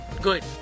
good